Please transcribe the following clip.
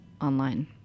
online